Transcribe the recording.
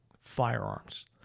firearms